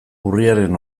urriaren